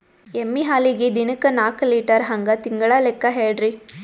ಎಮ್ಮಿ ಹಾಲಿಗಿ ದಿನಕ್ಕ ನಾಕ ಲೀಟರ್ ಹಂಗ ತಿಂಗಳ ಲೆಕ್ಕ ಹೇಳ್ರಿ?